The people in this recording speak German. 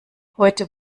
heute